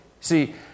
See